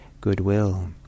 goodwill